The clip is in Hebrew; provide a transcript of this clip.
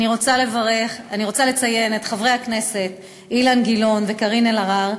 אני רוצה לציין את חברי הכנסת אילן גילאון וקארין אלהרר,